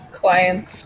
Clients